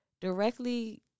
directly